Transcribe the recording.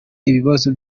ibibazo